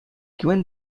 given